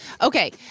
Okay